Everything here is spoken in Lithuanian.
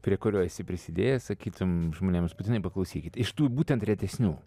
prie kurio esi prisidėjęs sakytum žmonėms būtinai paklausykit iš tų būtent retesnių